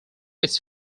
its